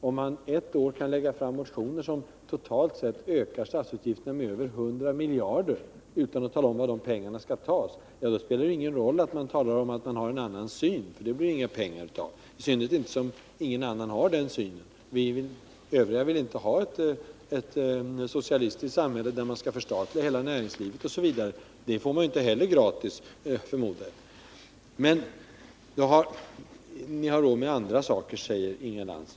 Om man ett år kan väcka motioner som totalt sett ökar statsutgifterna med över 100 miljarder utan att tala om var de pengarna skall tas, då spelar det ingen roll att man talar om att man har en annar syn — det blir det inte några pengar av, i synnerhet som ingen annan har denna syn. Vi övriga vill inte ha ett socialistiskt samhälle där hela näringslivet skall förstatligas osv. Det får man inte heller gratis, förmodar jag. Ni har råd med andra saker, säger Inga Lantz.